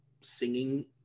singing